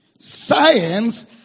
Science